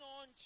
on